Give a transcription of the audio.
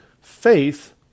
faith